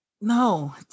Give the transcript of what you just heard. no